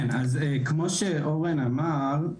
כמו שאורן אמר,